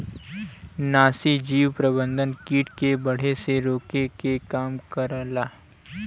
नाशीजीव प्रबंधन कीट के बढ़े से रोके के काम करला